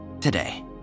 today